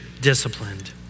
disciplined